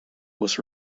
was